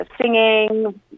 singing